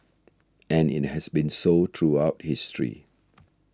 and it has been so throughout history